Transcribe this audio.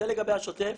זה לגבי השוטף.